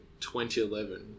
2011